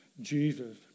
Jesus